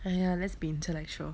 !aiya! let's be intellectual